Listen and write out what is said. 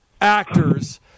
actors